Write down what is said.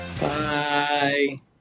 bye